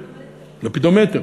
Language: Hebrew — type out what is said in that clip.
לפידומטר.